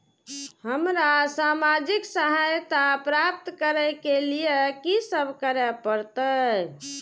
हमरा सामाजिक सहायता प्राप्त करय के लिए की सब करे परतै?